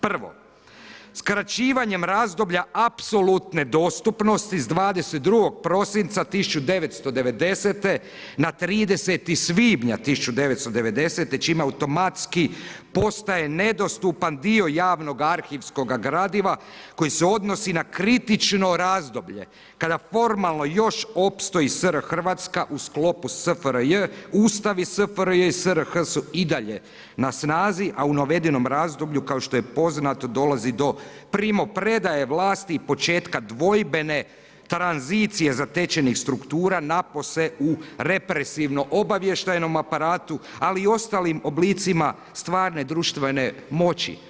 Prvo, skraćivanjem razdoblja apsolutne dostupnosti s 22. prosinca 1990. na 30. svibnja 1990. čime automatski postaje nedostupan dio javnoga arhivskoga gradiva koji se odnosi na kritično razdoblje, kada formalno još opstoji SR Hrvatska u sklopu SFRJ, Ustav iz SFRJ i SRH su i dalje na snazi, a u navedenom razdoblju, kao što je poznato dolazi do primopredaje vlasti i početka dvojbene tranzicije zatečenih struktura napose u represivno obavještajnom aparatu, ali i ostalim oblicima stvarne društvene moći.